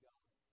God